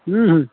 हूँ हूँ